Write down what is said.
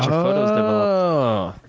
oh,